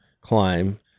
climb